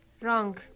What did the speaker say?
Wrong